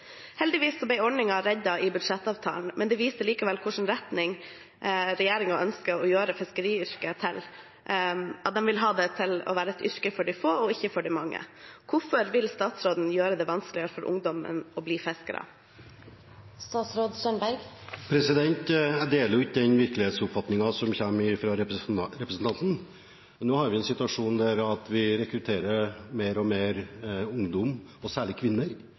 Heldigvis ble ordningen reddet i budsjettavtalen, men det viser likevel i hvilken retning regjeringen ønsker å føre fiskeriyrket, og at de vil ha det til å være et yrke for de få og ikke for de mange. Hvorfor vil statsråden gjøre det vanskeligere for ungdommen å bli fiskere? Jeg deler ikke virkelighetsoppfatningen til representanten. Nå har vi en situasjon der vi rekrutterer mer og mer ungdom – og særlig kvinner